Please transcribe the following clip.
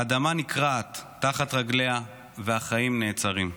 האדמה נקרעת תחת רגליה והחיים נעצרים.